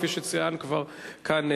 כפי שכבר צוין כאן,